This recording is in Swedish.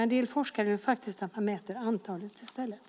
En del forskare mäter faktiskt antalet i stället.